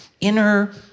inner